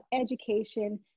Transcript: education